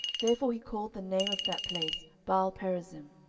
therefore he called the name of that place baalperazim.